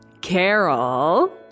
Carol